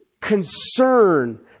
concern